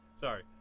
sorry